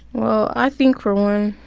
well, i think for one,